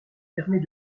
permet